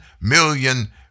million